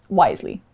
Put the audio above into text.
wisely